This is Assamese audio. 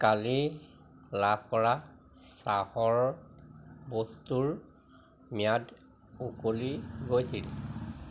কালি লাভ কৰা চাহৰ বস্তুৰ ম্যাদ উকলি গৈছিল